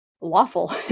lawful